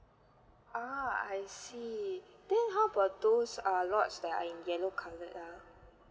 ah I see then how about those uh lots that are in yellow coloured ah